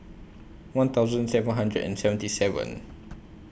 one thousand seven hundred and seventy seven